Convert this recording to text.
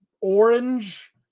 orange